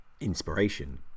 inspiration